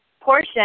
portion